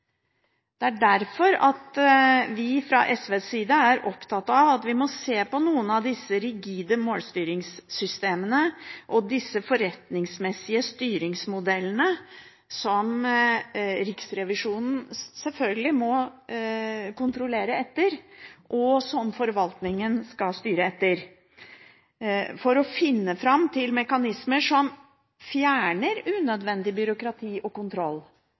Det er derfor vi fra SVs side er opptatt av å se på noen av disse rigide målstyringssystemene og disse forretningsmessige styringsmodellene som Riksrevisjonen selvfølgelig må kontrollere etter, og som forvaltningen skal styre etter. Det er for å finne fram til mekanismer som fjerner unødvendig byråkrati og kontroll,